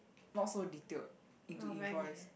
not so detailed into invoice